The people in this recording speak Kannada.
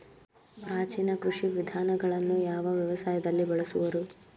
ಪ್ರಾಚೀನ ಕೃಷಿ ವಿಧಾನಗಳನ್ನು ಯಾವ ವ್ಯವಸಾಯದಲ್ಲಿ ಬಳಸುವರು?